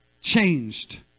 changed